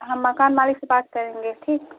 हम मकान मालिक से बात करेंगे ठीक